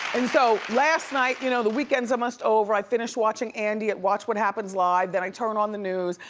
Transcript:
and so last night, you know the weekend's almost over, i finished watching andy at watch what happens live, then i turn on the news,